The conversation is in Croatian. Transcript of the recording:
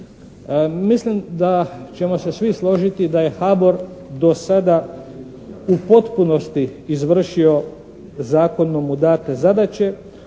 Mislim da ćemo se svi složiti da je HABOR do sada u potpunosti izvršio zakonom mu date zadaće.